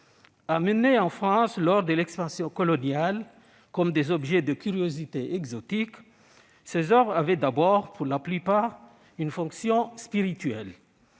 Apportées en France lors de l'expansion coloniale comme des objets de curiosité exotique, elles avaient d'abord, pour la plupart, une fonction spirituelle.